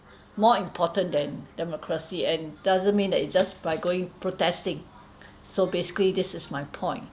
more important than democracy and doesn't mean that you just by going protesting so basically this is my point